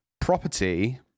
property